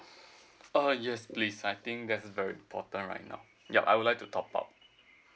uh yes please I think that's very important right now ya I would like to top up